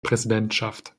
präsidentschaft